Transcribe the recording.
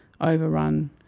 overrun